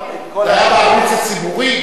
זה היה פעם נכס ציבורי,